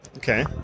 Okay